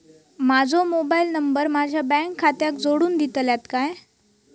माजो mobile number माझ्या bank खात्याक जोडून दितल्यात काय?